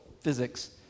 physics